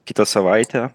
kitą savaitę